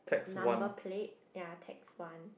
number plate ya text one